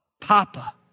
Papa